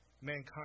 mankind